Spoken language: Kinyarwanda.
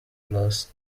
plus